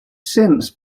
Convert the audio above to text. since